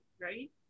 right